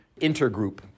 intergroup